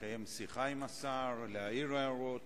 לקיים שיחה עם השר, להעיר הערות.